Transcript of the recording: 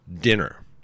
dinner